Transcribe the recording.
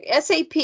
SAP